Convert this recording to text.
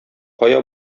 кая